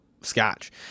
Scotch